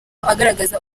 agaragaza